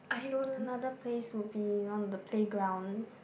another place would be on the playground